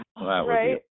Right